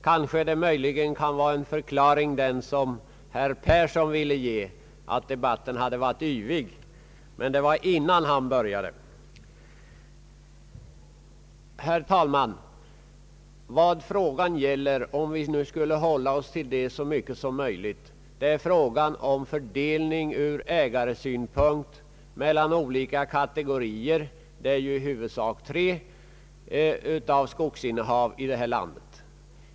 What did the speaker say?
Kanske kan det vara en förklaring, som herr Persson sade, att debatten har varit yvig — men det var innan han började. Herr talman! Vad frågan gäller — om vi nu så mycket som möjligt skall hålla oss till det — är fördelningen ur ägarsynpunkt mellan olika kategorier, i huvudsak tre, av skogsinnehav i detta land.